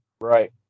Right